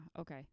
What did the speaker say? Okay